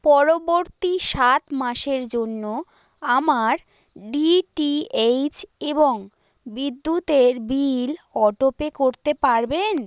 পরবর্তী সাত মাসের জন্য আমার ডিটিএইচ এবং বিদ্যুতের বিল অটোপে করতে পারবেন